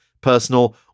personal